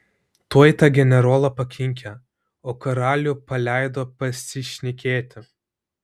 tuoj tą generolą pakinkė o karalių paleido pasišnekėti